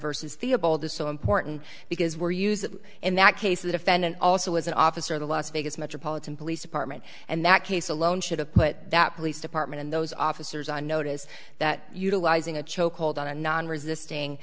versus theobald is so important because we're using in that case the defendant also as an officer of the las vegas metropolitan police department and that case alone should have put that police department and those officers on notice that utilizing a chokehold on a non resisting